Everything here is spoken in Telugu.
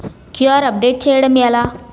క్యూ.ఆర్ అప్డేట్ చేయడం ఎలా?